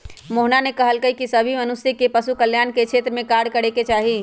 मोहना ने कहल कई की सभी मनुष्य के पशु कल्याण के क्षेत्र में कार्य करे के चाहि